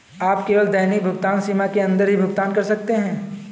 आप केवल दैनिक भुगतान सीमा के अंदर ही भुगतान कर सकते है